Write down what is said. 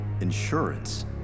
Insurance